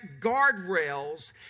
guardrails